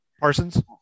Parsons